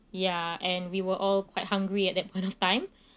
ya and we were all quite hungry at that point of time